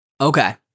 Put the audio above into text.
Okay